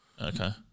Okay